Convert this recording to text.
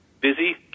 Busy